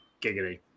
Giggity